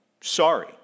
sorry